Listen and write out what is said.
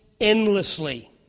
endlessly